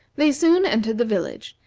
they soon entered the village,